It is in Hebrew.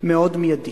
מאוד מיידית.